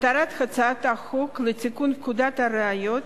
מטרת הצעת החוק לתיקון פקודת הראיות